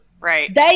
Right